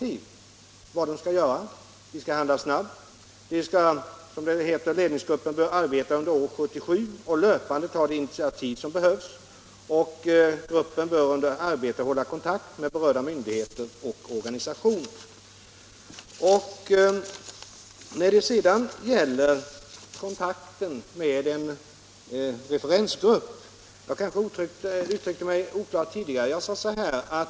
I dessa direktiv sägs att gruppen skall handla snabbt och den skall under år 1977 fortlöpande ta de initiativ som behövs och därvid hålla kontakt med berörda myndigheter och organisationer. Jag kanske tidigare uttryckte mig något oklart i fråga om kontakten med referensgruppen, och jag vill därför förtydliga mig.